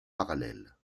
parallèles